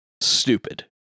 stupid